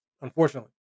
unfortunately